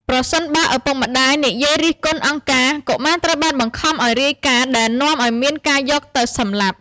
ប្រសិនបើឪពុកម្ដាយនិយាយរិះគន់អង្គការ កុមារត្រូវបានបង្ខំឱ្យរាយការណ៍ ដែលនាំឱ្យមានការយកទៅសម្លាប់។